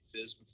Fizz